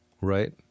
right